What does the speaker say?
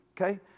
Okay